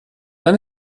dann